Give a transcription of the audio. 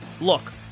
Look